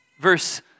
Verse